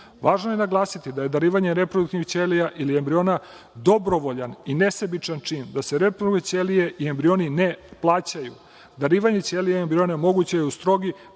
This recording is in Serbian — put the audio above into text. je naglasiti da je darivanje reproduktivnih ćelija ili embriona dobrovoljan i nesebičan čin, da se reproduktivne ćelije i embrioni ne plaćaju. Darivanje ćelija embriona moguće je uz strogi